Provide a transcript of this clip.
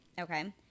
Okay